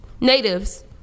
Natives